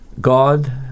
God